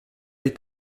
est